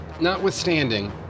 notwithstanding